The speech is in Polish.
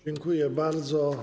Dziękuję bardzo.